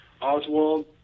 Oswald